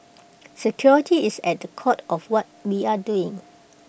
security is at the core of what we are doing